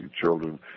children